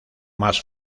más